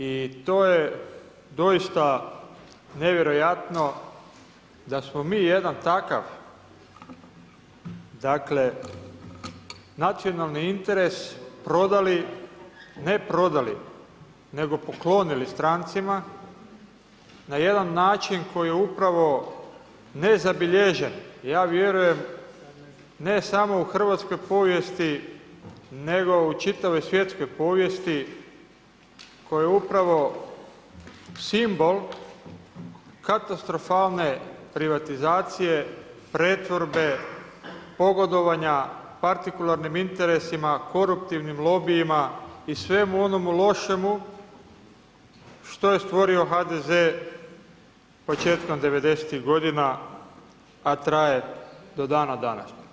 I to je doista nevjerojatno da smo mi jedan takav nacionalni interes prodali, ne prodali, nego poklonili strancima na jedan način koji je upravo nezabilježen, ja vjerujem ne samo u Hrvatskoj povijesti, nego u čitavoj svjetskoj povijesti koju upravo simbol katastrofalne privatizacije, pretvorbe, pogodovanja partikularnim interesima, koruptivnim lobijima i svemu onomu lošemu što je stvorio HDZ početkom '90. godina, a traje do dana današnjeg.